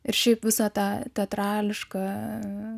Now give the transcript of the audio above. ir šiaip visą tą teatrališką